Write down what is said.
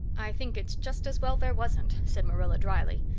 i think it's just as well there wasn't, said marilla drily.